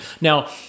Now